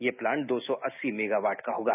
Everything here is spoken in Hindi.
यह प्लांट दो सौ अस्सी मेगावाट का होगा